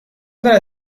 دارد